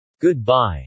Goodbye